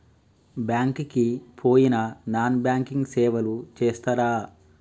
Bank కి పోయిన non banking సేవలు చేస్తరా?